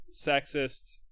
sexist